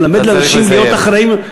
הוא מלמד אנשים להיות אחראיים.